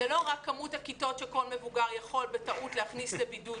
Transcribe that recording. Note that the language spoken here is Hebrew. זאת לא רק כמות הכיתות שכל מבוגר יכול בטעות להכניס לבידוד,